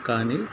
కానీ